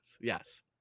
yes